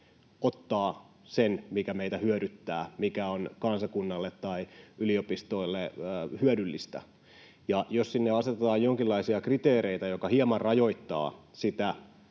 ottaa sen, mikä meitä hyödyttää, mikä on kansakunnalle tai yliopistoille hyödyllistä. Jos sinne asetetaan jonkinlaisia kriteereitä, mikä hieman rajoittaa sitä